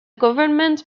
government